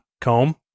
comb